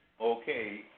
Okay